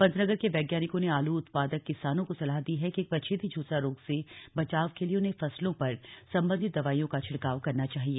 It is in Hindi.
पंतनगर के वैज्ञानिकों ने आलू उत्पादक किसानों को सलाह दी है कि पछेती झुलसा रोग से बचाव के लिये उन्हें फसलों पर संबंधित दवाइयों का छिड़काव करना चाहिए